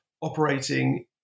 operating